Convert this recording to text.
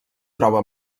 troba